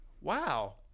wow